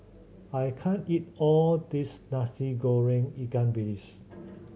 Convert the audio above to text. I can't eat all this Nasi Goreng ikan bilis